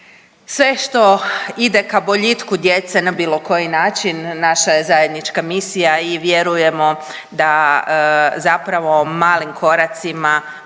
sve što ide ka boljitku djece na bilo koji način naša je zajednička misija i vjerujemo da zapravo malim koracima